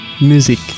Music